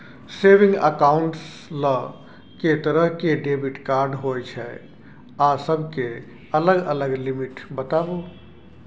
Saving accounts ल के तरह के डेबिट कार्ड होय छै आ सब के अलग अलग लिमिट बताबू?